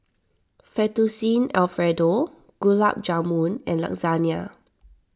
Fettuccine Alfredo Gulab Jamun and Lasagna